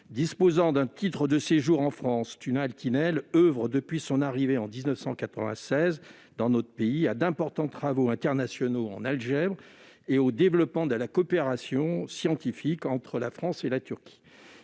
Disposant d'un titre de séjour en France, Tuna Altinel oeuvre, depuis son arrivée dans notre pays en 1996, à d'importants travaux internationaux en algèbre et au développement de la coopération scientifique entre la France et la Turquie.